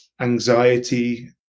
anxiety